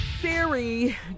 Siri